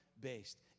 based